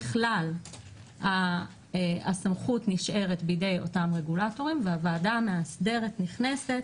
ככלל הסמכות נשארת בידי אותם רגולטורים והוועדה המאסדרת נכנסת